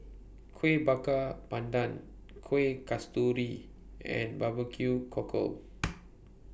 Kueh Bakar Pandan Kueh Kasturi and Barbecue Cockle